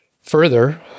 further